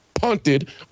punted